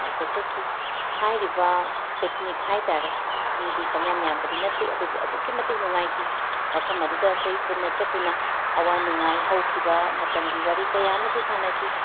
ꯄꯥꯛꯇ ꯆꯠꯈꯤ ꯍꯥꯏꯔꯤꯕ ꯄꯤꯛꯅꯤꯛ ꯍꯥꯏꯇꯥꯔꯦ ꯃꯤꯗꯤ ꯄꯪꯌꯥꯝ ꯌꯥꯥꯝꯕꯗꯤ ꯅꯠꯇꯦ ꯑꯗꯨꯕꯨ ꯑꯗꯨꯛꯀꯤ ꯃꯇꯤꯛ ꯅꯨꯡꯉꯥꯏꯈꯤ ꯃꯐꯝ ꯑꯗꯨꯗ ꯑꯩꯈꯣꯏ ꯄꯨꯟꯅ ꯆꯠꯇꯨꯅ ꯑꯋꯥ ꯅꯨꯡꯉꯥꯏ ꯍꯧꯈꯤꯕ ꯃꯇꯝꯒꯤ ꯋꯥꯔꯤ ꯀꯌꯥ ꯑꯃꯁꯨ ꯁꯥꯟꯅꯈꯤ